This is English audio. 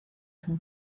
from